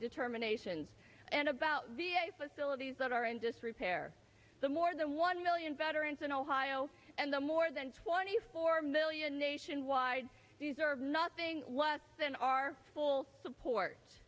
determination and about the a facilities that are in disrepair the more than one million veterans in ohio and the more than twenty four million nationwide deserve nothing less than our full support